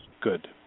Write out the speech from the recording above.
Good